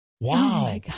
Wow